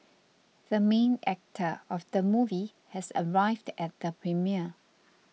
the main actor of the movie has arrived at the premiere